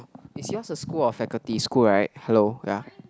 is yours a school of faculty school right hello ya